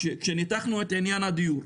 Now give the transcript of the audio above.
כשניתחנו את עניין הדיור,